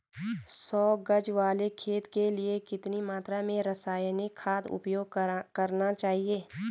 सौ गज वाले खेत के लिए कितनी मात्रा में रासायनिक खाद उपयोग करना चाहिए?